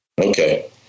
Okay